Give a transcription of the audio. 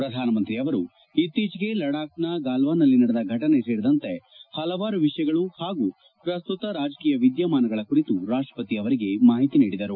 ಪ್ರಧಾನಮಂತ್ರಿ ಅವರು ಇತ್ತೀಚೆಗೆ ಲಡಾಕ್ ಗಲ್ಲಾನ್ನಲ್ಲಿ ನಡೆದ ಫಟನೆ ಸೇರಿದಂತೆ ಹಲವಾರು ವಿಷಯಗಳು ಹಾಗೂ ಪ್ರಸ್ನುತ ರಾಜಕೀಯ ವಿದ್ವಾಮಾನಗಳ ಕುರಿತು ರಾಷ್ಷಪತಿ ಅವರಿಗೆ ಮಾಹಿತಿ ನೀಡಿದರು